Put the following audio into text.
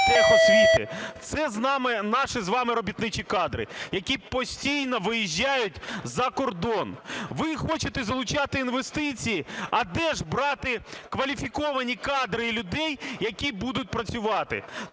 профтехосвіти? Це наші з вами робітничі кадри, які постійно виїжджають за кордон. Ви хочете залучати інвестиції, а де ж брати кваліфіковані кадри і людей, які будуть працювати?